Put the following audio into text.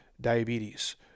diabetes